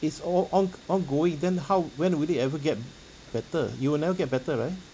it's all ong~ ongoing then how when would it ever get better you will never get better right